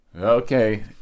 Okay